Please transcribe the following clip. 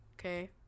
okay